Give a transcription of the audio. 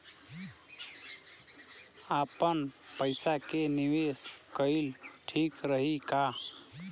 आपनपईसा के निवेस कईल ठीक रही का?